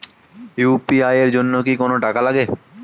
UPI এর জন্য কি কোনো টাকা লাগে?